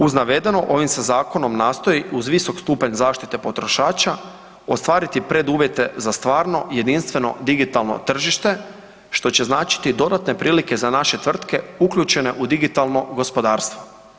Uz navedeno ovim se zakonom nastoji uz visok stupanj zaštite potrošača ostvariti preduvjete za stvarno jedinstveno digitalno tržište što će značiti dodatne prilike za naše tvrtke uključene u digitalno gospodarstvo.